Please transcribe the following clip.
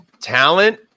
talent